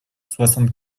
soixante